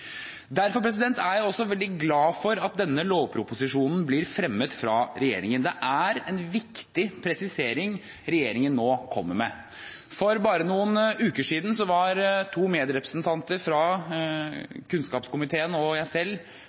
Derfor er jeg også veldig glad for at denne lovproposisjonen blir fremmet fra regjeringen. Det er en viktig presisering regjeringen nå kommer med. For bare noen uker siden var to medrepresentanter fra kunnskapskomiteen og jeg selv